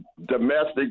Domestic